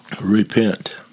Repent